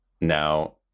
now